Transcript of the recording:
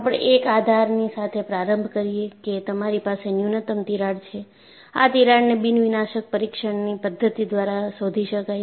આપણે એક આધારની સાથે પ્રારંભ કરીએ કે તમારી પાસે ન્યૂનતમ તિરાડ છે આ તિરાડને બિન વિનાશક પરીક્ષણની પદ્ધતિ દ્વારા શોધી શકાય છે